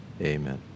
amen